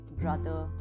brother